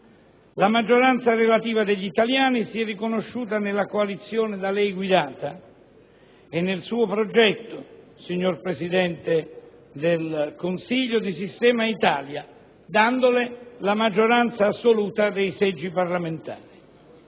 La maggioranza relativa degli italiani si è riconosciuta nella coalizione da lei guidata e nel suo progetto, signor Presidente del Consiglio, di «sistema Italia», dandole la maggioranza assoluta dei seggi parlamentari.